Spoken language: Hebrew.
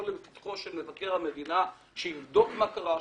לפתחו של מבקר המדינה שיבדוק מה קרה שם,